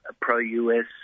pro-US